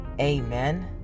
Amen